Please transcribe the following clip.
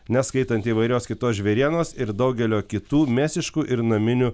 neskaitant įvairios kitos žvėrienos ir daugelio kitų mėsiškų ir naminių